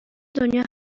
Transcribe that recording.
دنیا